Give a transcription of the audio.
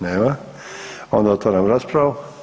Nema, onda otvaram raspravu.